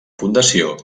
fundació